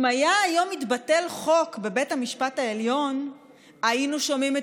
אם היה היום מתבטל חוק בבית המשפט העליון היינו שומעים את